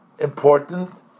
important